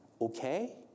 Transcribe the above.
Okay